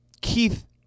Keith